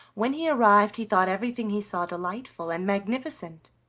when he arrived he thought everything he saw delightful and magnificent.